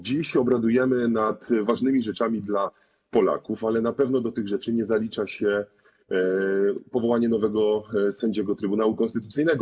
Dziś obradujemy nad ważnymi rzeczami dla Polaków, ale na pewno do tych rzeczy nie zalicza się powołanie nowego sędziego Trybunału Konstytucyjnego.